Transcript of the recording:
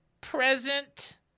present